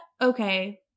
okay